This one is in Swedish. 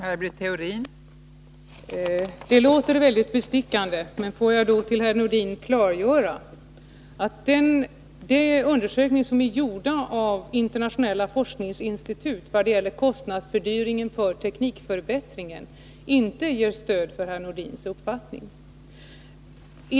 Fru talman! Det där låter bestickande, men låt mig då för herr Nordin klargöra att de undersökningar som är gjorda av internationella forskningsinstitut av kostnadsfördyringen för teknikförbättringar inte ger stöd för herr Nordins uppfattning.